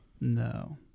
No